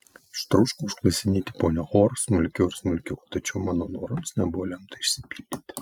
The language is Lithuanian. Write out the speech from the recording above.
aš troškau išklausinėti ponią hor smulkiau ir smulkiau tačiau mano norams nebuvo lemta išsipildyti